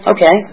Okay